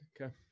Okay